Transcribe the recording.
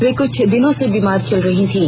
वे कुछ दिन से बीमार चल रही थीं